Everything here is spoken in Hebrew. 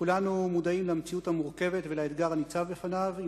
כולנו מודעים למציאות המורכבת ולאתגר הניצב בפניו עם